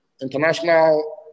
international